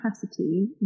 capacity